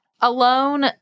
alone—